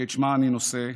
שאת שמה אני נושא,